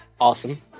awesome